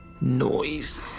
noise